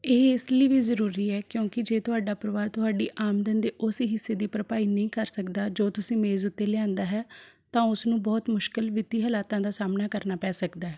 ਇਹ ਇਸ ਲਈ ਵੀ ਜ਼ਰੂਰੀ ਹੈ ਕਿਉਂਕਿ ਜੇ ਤੁਹਾਡਾ ਪਰਿਵਾਰ ਤੁਹਾਡੀ ਆਮਦਨ ਦੇ ਉਸ ਹਿੱਸੇ ਦੀ ਭਰਪਾਈ ਨਹੀਂ ਕਰ ਸਕਦਾ ਜੋ ਤੁਸੀਂ ਮੇਜ਼ ਉੱਤੇ ਲਿਆਂਦਾ ਹੈ ਤਾਂ ਉਸ ਨੂੰ ਬਹੁਤ ਮੁਸ਼ਕਿਲ ਵਿੱਤੀ ਹਾਲਾਤਾਂ ਦਾ ਸਾਹਮਣਾ ਕਰਨਾ ਪੈ ਸਕਦਾ ਹੈ